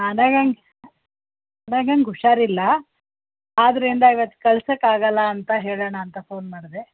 ಅನಘಂಗೆ ಅನಘಂಗೆ ಹುಷಾರಿಲ್ಲ ಆದ್ದರಿಂದ ಇವತ್ತು ಕಳ್ಸೋಕ್ಕಾಗಲ್ಲ ಅಂತ ಹೇಳೋಣ ಅಂತ ಫೋನ್ ಮಾಡಿದೆ